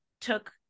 took